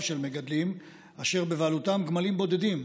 של מגדלים אשר בבעלותם גמלים בודדים,